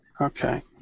Okay